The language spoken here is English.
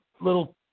little